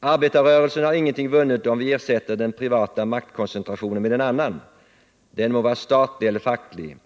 ”Arbetarrörelsen har ingenting vunnit om vi ersätter den privata maktkoncentrationen med en annan. Den må vara statlig eller facklig.